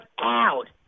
out